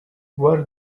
where